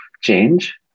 change